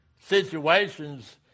situations